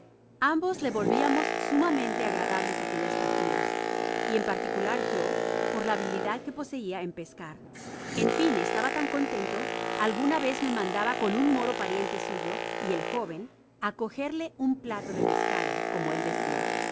ambos le volviamos sumamente agradables aquellas partidas y en particular yo por la habilidad que poseia en pescar en fin estaba tan contento algana vez me mandaba con un moro pariente suyo y el joven á cogerle un plato de pescado como él decia